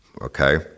okay